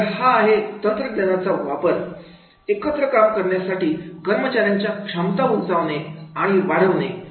तर हा आहे तंत्रज्ञानाचा वापर एकत्र काम करण्यासाठी कर्मचाऱ्यांच्या क्षमता उंचावणे आणि वाढवणे यासाठी